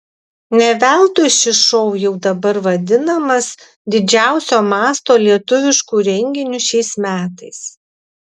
ne veltui šis šou jau dabar vadinamas didžiausio masto lietuvišku renginiu šiais metais